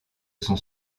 sont